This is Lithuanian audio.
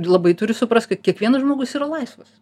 labai turi suprast kad kiekvienas žmogus yra laisvas